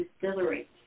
distillery